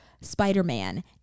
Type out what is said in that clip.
spider-man